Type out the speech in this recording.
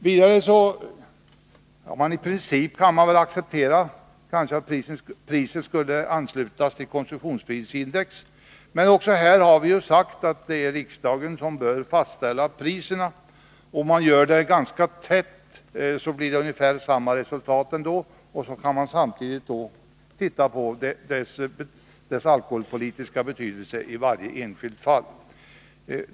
Vidare skulle man i princip kanske kunna acceptera att priset skall anslutas till konsumentprisindex. Men också här har vi sagt att det är riksdagen som bör fastställa priserna. Och om riksdagen gör det med ganska korta mellanrum, blir det ungefär samma resultat ändå. Samtidigt kan man då titta på prisets alkoholpolitiska betydelse i varje enskilt fall.